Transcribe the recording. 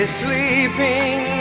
sleeping